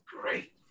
great